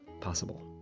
possible